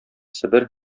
себер